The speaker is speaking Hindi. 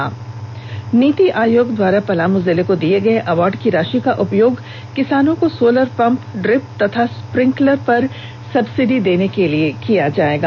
नीति आयोग द्वारा पलामू जिले को दिए गए अवार्ड की राशि का उपयोग किसानों को सोलर पंप ड्रिप तथा स्प्रिंकलर पर सब्सिडी देने में किया जाएगा